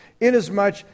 inasmuch